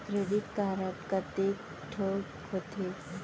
Credit card कतेक ठोक होथे?